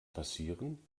passieren